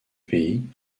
pays